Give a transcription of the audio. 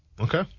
Okay